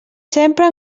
sempre